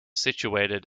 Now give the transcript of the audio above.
situated